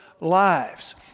lives